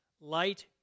light